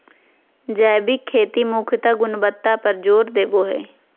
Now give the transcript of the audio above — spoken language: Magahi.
जैविक खेती मुख्यत गुणवत्ता पर जोर देवो हय